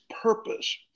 purpose